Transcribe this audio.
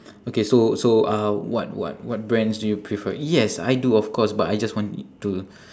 okay so so uh what what what brands do you prefer yes I do of course but I just want to